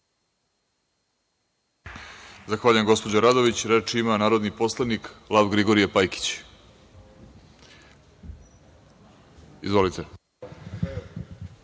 Zahvaljujem, gospođo Radović. Reč ima narodni poslanik Lav – Grigorije Pajkić. Izvolite.